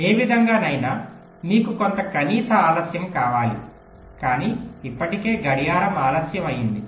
ఏ విధంగానైనా మీకు కొంత కనీస ఆలస్యం కావాలి కానీ ఇప్పటికే గడియారం ఆలస్యం అయింది